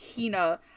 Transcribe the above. hina